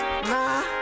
Nah